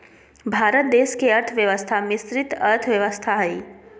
भारत देश के अर्थव्यवस्था मिश्रित अर्थव्यवस्था हइ